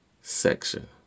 section